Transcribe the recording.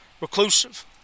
Reclusive